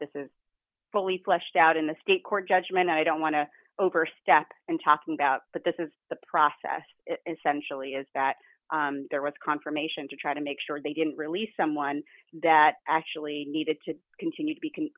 this is fully fleshed out in the state court judgment and i don't want to overstep and talking about but this is the process essentially is that there was confirmation to try to make sure they didn't release someone that actually needed to continue to be can